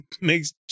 makes